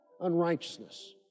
unrighteousness